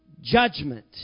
judgment